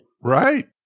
Right